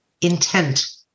Intent